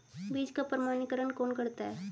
बीज का प्रमाणीकरण कौन करता है?